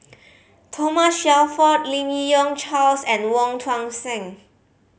Thomas Shelford Lim Yi Yong Charles and Wong Tuang Seng